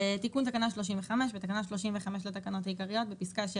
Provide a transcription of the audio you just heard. תיקון תקנה 35 בתקנה 35 לתקנות העיקריות בפסקה (6),